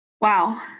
Wow